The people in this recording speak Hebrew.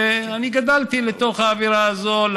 ואני גדלתי לתוך האווירה הזאת,